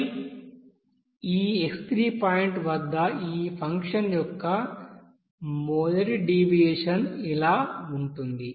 పై ఈ x3 point వద్ద ఈ ఫంక్షన్ యొక్క మొదటి డీవియేషన్ గా ఉంటుంది